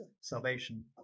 salvation